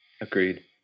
Agreed